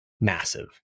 massive